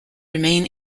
remain